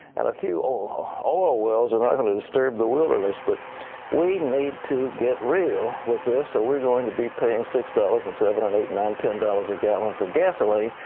and a few oil wells are not going to disturb the wilderness. but we need to get real with this, or were going to be paying six dollars, and seven and eight, nine, ten dollars a gallon for gasoline.